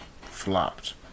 Flopped